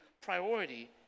priority